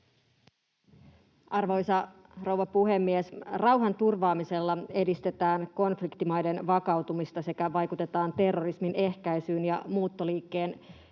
Arvoisa rouva puhemies! Rauhanturvaamisella edistetään konfliktimaiden vakautumista sekä vaikutetaan terrorismin ehkäisyyn ja muuttoliikkeen